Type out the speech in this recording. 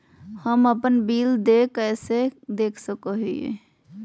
हम अपन बिल देय कैसे देख सको हियै?